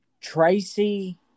Tracy